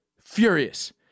Furious